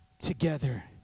together